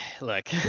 look